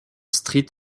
street